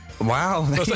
wow